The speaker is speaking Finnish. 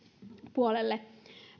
puolelle